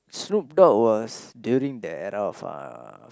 Snoop Dog was during that era of a